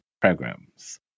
programs